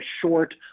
short